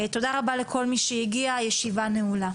שוב, תודה רבה לכל מי שהגיע, הישיבה נעולה.